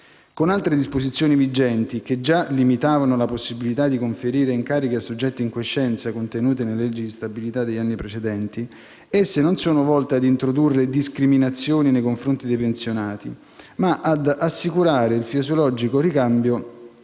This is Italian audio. Come altre disposizioni vigenti che già limitavano la possibilità di conferire incarichi a soggetti in quiescenza, contenute nelle leggi di stabilità degli anni precedenti, le citate norme non sono volte ad introdurre discriminazioni nei confronti dei pensionati, ma ad assicurare il fisiologico ricambio